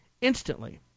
instantly